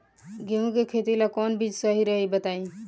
गेहूं के खेती ला कोवन बीज सही रही बताई?